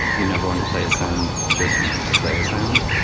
you never want to play a sound just to play a sound.